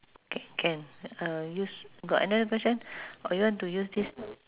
okay can uh use got another question or you want to use this